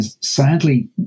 sadly